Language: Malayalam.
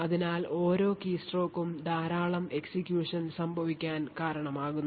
അതിനാൽ ഓരോ കീസ്ട്രോക്കും ധാരാളം എക്സിക്യൂഷൻ സംഭവിക്കാൻ കാരണമാകുന്നു